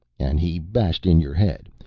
and he bashed in your head,